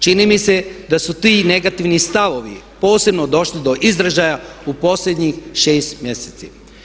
Čini mi se da su ti negativni stavovi posebno došli do izražaja u posljednjih 6 mjeseci.